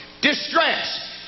distress